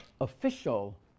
official